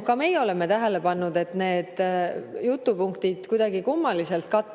Ka meie oleme tähele pannud, et need jutupunktid kuidagi kummaliselt kattuvad.